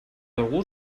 algú